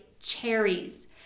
cherries